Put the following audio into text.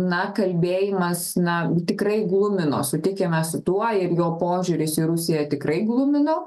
na kalbėjimas na tikrai glumino sutikime su tuo ir jo požiūris į rusiją tikrai glumino